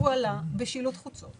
הוא עלה בשילוט חוצות